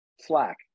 slack